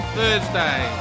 Thursday